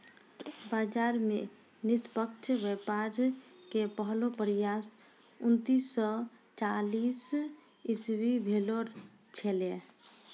बाजार मे निष्पक्ष व्यापार के पहलो प्रयास उन्नीस सो चालीस इसवी भेलो छेलै